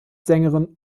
sängerin